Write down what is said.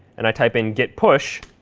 and i type in git push,